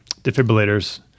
defibrillators